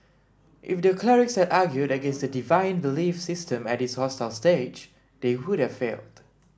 if the clerics had argued against the deviant belief system at this hostile stage they would have failed